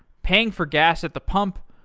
paying for gas at the pump,